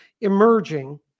emerging